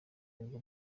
aribwo